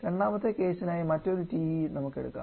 രണ്ടാമത്തെ കേസിനായി മറ്റൊരു TE ഒരു എടുക്കാം